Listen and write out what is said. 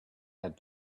had